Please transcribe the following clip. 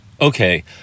Okay